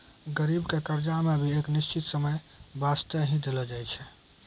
गरीबी के कर्जा मे भी एक निश्चित समय बासते ही देलो जाय छै